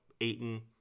Aiton